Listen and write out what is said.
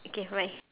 okay bye